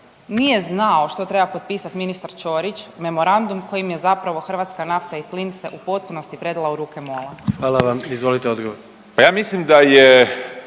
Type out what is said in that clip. nije znao što treba potpisati ministar Ćorić, memorandum kojim je zapravo hrvatska nafta i plin se u potpunosti predala u ruke MOL-a? **Jandroković, Gordan (HDZ)** Hvala